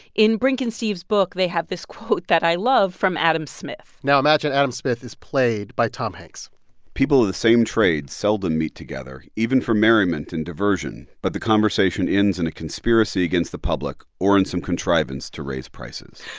in brink and steve's book, they have this quote that i love from adam smith now imagine adam smith is played by tom hanks people in the same trade seldom meet together, even for merriment and diversion. but the conversation ends in a conspiracy against the public or in some contrivance to raise prices.